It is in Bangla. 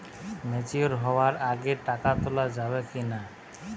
ম্যাচিওর হওয়ার আগে টাকা তোলা যাবে কিনা?